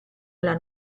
alla